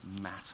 matter